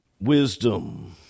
wisdom